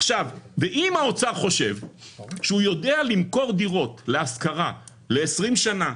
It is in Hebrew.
עכשיו ואם האוצר חושב שהוא יודע למכור דירות להשכרה ל-20 שנה,